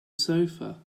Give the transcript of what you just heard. sofa